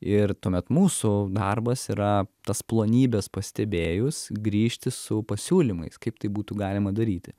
ir tuomet mūsų darbas yra tas plonybes pastebėjus grįžti su pasiūlymais kaip tai būtų galima daryti